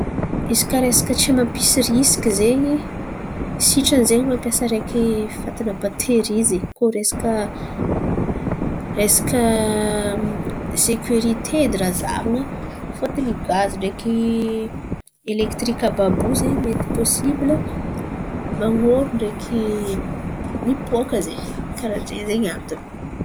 Izy kà resaka tsy mampisy risiky zen̈y sitrany zen̈y mampiasa araiky fatana batery ze koa resaka resaka sekirite edy raha zahavan̈a. Fôtiny gazy ndraiky elekitiriky àby àby io ze mety posibila man̈oro ndraiky mipoaka ze karà ze zen̈y antony.